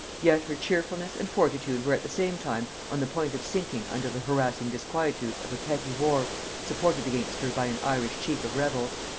yet her cheerfulness and fortitude were at the same time on the point of sinking under the harassing disquietudes of a petty war supported against her by an irish chief of rebels.